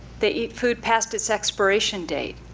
they eat food past its expiration date.